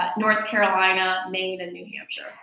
but north carolina, maine and new hampshire.